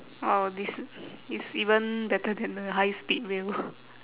oh this is even better than the high speed rail